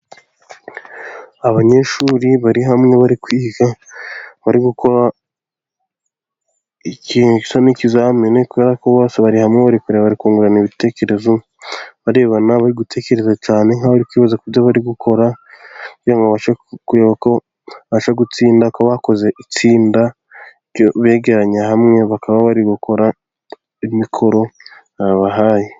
Abanyeshuri bari hamwe bari kwiga, bari gukora ikizamini, kubera ko bose bari hamwe bari kureba, bakungurana ibitekerezo, barebana, bari gutekereza cyane, nk'abari kwibaza ku byo bari gukora, kugira ngo babashe kureba ko babasha gutsinda. Bakaba bakoze itsinda, begeranye hamwe, bakaba bari gukora imikoro babahaye.